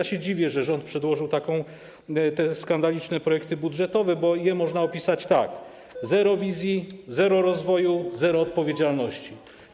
Dziwię się, że rząd przedłożył takie skandaliczne projekty budżetowe, bo można je opisać tak: zero wizji, zero rozwoju, zero odpowiedzialności.